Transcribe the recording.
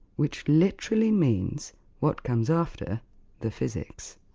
which literally means what comes after the physics.